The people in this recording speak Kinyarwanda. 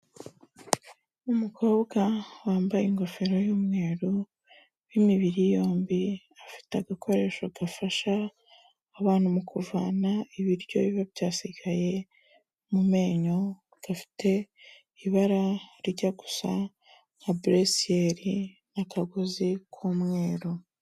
Umukobwa wambaye ingofero y'umweru, w'imibiri yombi, afite agakoresho gafasha abantu mu kuvana ibiryo biba byasigaye mu menyo, gafite ibara rijya gusa nka bleu ciel n'akagozi k'umweru.